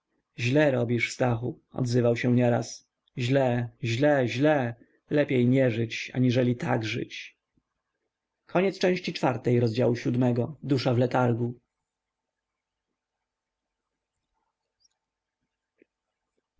żle robisz stachu odzywał się nieraz źle źle źle lepiej nie żyć aniżeli tak żyć pewnego dnia